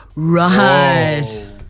Right